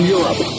Europe